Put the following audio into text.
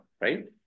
right